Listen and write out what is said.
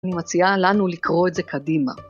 אני מציעה לנו לקרוא את זה קדימה.